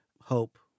hope